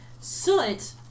Soot